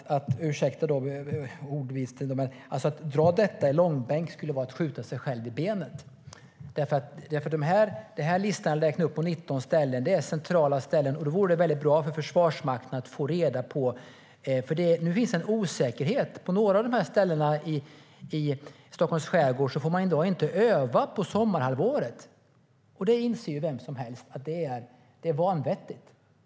Ursäkta ordvitsen, men att dra detta i långbänk skulle vara att skjuta sig själv i foten. Jag räknade upp en lista med 19 centrala ställen, och det vore bra för Försvarsmakten att få veta. Nu finns det en osäkerhet. På några av ställena i Stockholms skärgård får man i dag inte öva på sommarhalvåret. Vem som helst inser ju att det är vanvettigt.